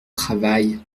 travail